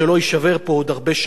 ולמה עושים את זה ככה?